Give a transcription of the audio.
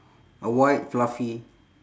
a white fluffy